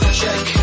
check